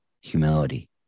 humility